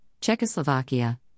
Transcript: Czechoslovakia